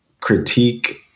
critique